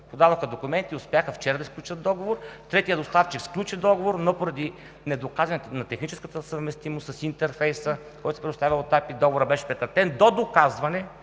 подадоха документи и успяха вчера да сключат договор. Третият доставчик сключи договор, но поради недоказването на техническата съвместимост с интерфейса, който се предоставя от АПИ, договорът беше прекратен до доказване